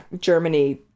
germany